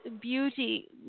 beauty